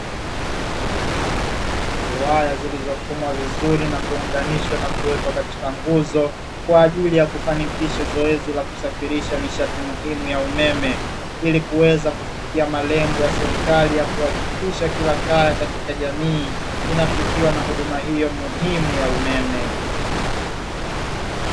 Waya zilizofumwa vizuri na kuunganishwa na kuwekwa katika nguzo kwa ajili ya kufanikisha zoezi la kusafirisha nishati muhimu ya umeme, ili kuweza kufikia malengo ya serikali ya kuhakikisha kila kaya katika jamii inafikiwa na huduma hiyo muhimu ya umeme.